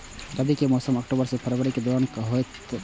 रबी के मौसम अक्टूबर से फरवरी के दौरान होतय छला